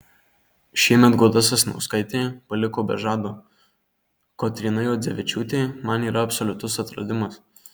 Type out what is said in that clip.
šiemet goda sasnauskaitė paliko be žado kotryna juodzevičiūtė man yra absoliutus atradimas